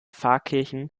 pfarrkirchen